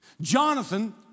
Jonathan